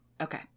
okay